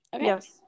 yes